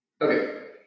Okay